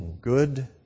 good